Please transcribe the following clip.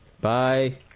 Bye